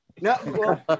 no